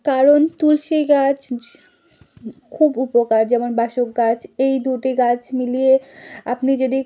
কারণ তুলসী গাছ খুব উপকার যেমন বাসক গাছ এই দুটি গাছ মিলিয়ে আপনি যদি